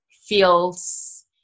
feels